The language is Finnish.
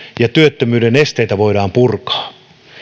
ja työttömyyden esteitä voidaan purkaa